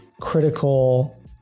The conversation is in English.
critical